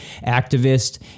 activist